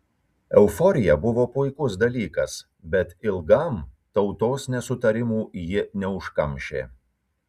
euforija buvo puikus dalykas bet ilgam tautos nesutarimų ji neužkamšė